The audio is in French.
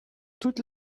toute